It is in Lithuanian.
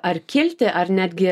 ar kilti ar netgi